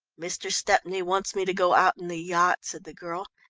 mr. stepney wants me to go out in the yacht, said the girl,